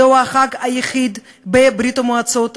זהו החג היחיד בברית-המועצות,